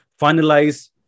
finalize